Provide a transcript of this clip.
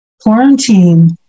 quarantine